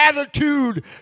attitude